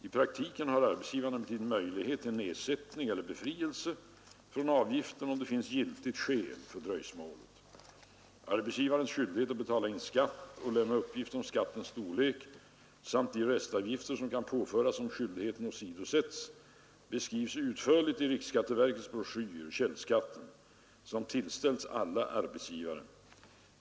I praktiken har arbetsgivaren emellertid möjlighet till nedsättning eller befrielse från avgiften, om giltigt skäl finns för dröjsmålet Arbetsgivares skyldighet att betala in skatt och lämna uppgift om skattens storlek samt de restavgifter som kan påföras om skyldigheten åsidosätts beskrivs utförligt i riksskatteverkets broschyr ”Källskatten”, som tillställts alla arbetsgivare.